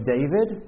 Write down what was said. David